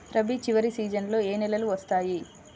రబీ చివరి సీజన్లో ఏ నెలలు వస్తాయి?